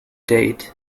date